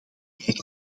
kijk